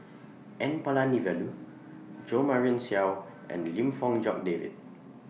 N Palanivelu Jo Marion Seow and Lim Fong Jock David